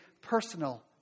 personal